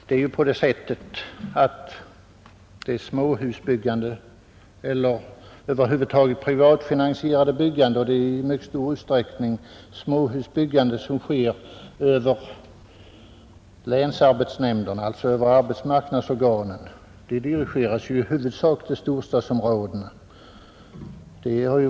Det har varit mycket markant att det privatfinansierade byggandet, som i mycket stor utsträckning utgörs av småhusbyggande och som sköts av länsarbetsnämnderna, alltså arbetsmarknadsorganen, i huvudsak dirigeras till storstadsområdena.